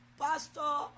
Pastor